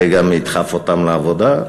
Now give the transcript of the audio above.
זה גם ידחף אותם לעבודה?